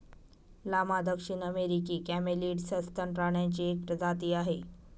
llama दक्षिण अमेरिकी camelid सस्तन प्राण्यांची एक प्रजाती आहे